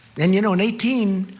and you know in eighteen,